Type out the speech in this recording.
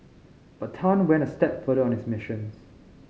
but Tan went a step further on his missions